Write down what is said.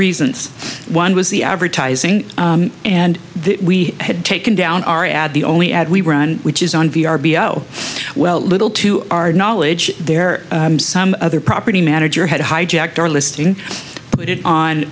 reasons one was the advertising and we had taken down our ad the only ad we run which is on ve r b o well little to our knowledge there some other property manager had hijacked our listing put it on